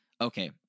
Okay